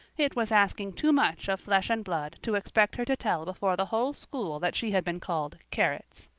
it was asking too much of flesh and blood to expect her to tell before the whole school that she had been called carrots.